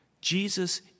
Jesus